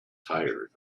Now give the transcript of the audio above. tired